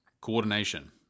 coordination